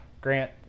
Grant